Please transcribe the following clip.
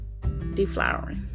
Deflowering